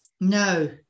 no